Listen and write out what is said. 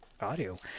audio